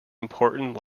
important